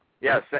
yes